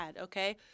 okay